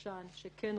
השילוט,